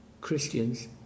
Christians